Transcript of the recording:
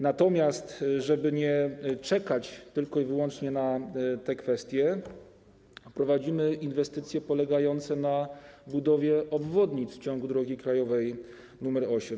Natomiast żeby nie czekać tylko i wyłącznie na te kwestie, wprowadzimy inwestycje polegające na budowie obwodnic w ciągu drogi krajowej nr 8.